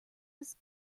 was